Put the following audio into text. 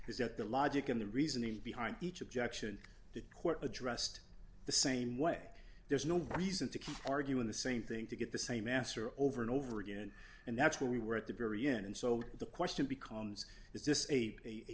is that the logic of the reasoning behind each objection that court addressed the same way there's no reason to keep arguing the same thing to get the same masseur over and over again and that's where we were at the very end and so the question becomes i